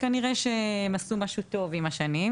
וכנראה שהם עשו משהו טוב עם השנים.